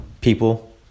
people